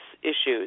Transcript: issues